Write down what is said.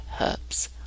herbs